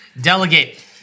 Delegate